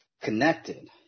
connected